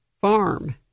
farm